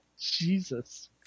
Jesus